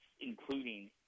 including